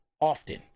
often